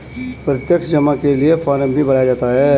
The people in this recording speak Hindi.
प्रत्यक्ष जमा के लिये फ़ार्म भी भराया जाता है